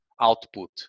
output